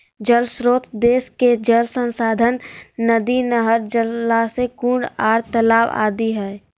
जल श्रोत देश के जल संसाधन नदी, नहर, जलाशय, कुंड आर तालाब आदि हई